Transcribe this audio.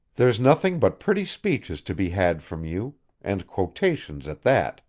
there's nothing but pretty speeches to be had from you and quotations at that,